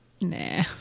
nah